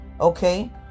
okay